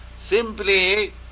Simply